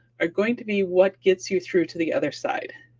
are going to be what gets you through to the other side.